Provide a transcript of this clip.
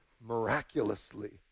miraculously